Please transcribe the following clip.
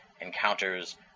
encounters